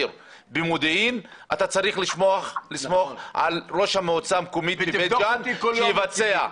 במודיעין אתה צריך לסמוך על ראש המועצה המקומית בבית-ג'ן שיבצע.